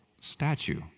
statue